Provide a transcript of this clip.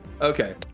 Okay